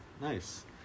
Nice